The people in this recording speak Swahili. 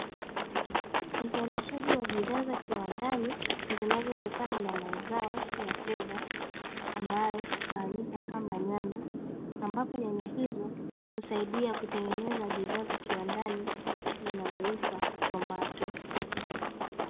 Uzalishaji wa bidhaa za kiwandani, zinazotakana na mazao ya fedha ambayo hufahamika kama nyanya, mbapo nyanya hizo husaidia kutengeneza bidhaa za kiwandani zinazoitwa “tomato “.